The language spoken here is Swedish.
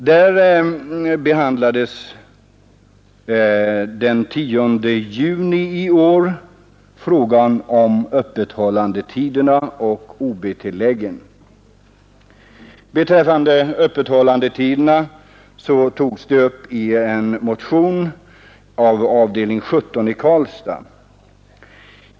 Den 10 juni i år behandlades frågan om öppethållandetiderna och ob-tilläggen. Öppethållandetider na togs upp i en motion av avdelning 17 i Karlstad.